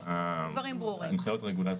לא, לפי הנחיות רגולטוריות.